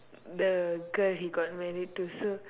the girl he got married to so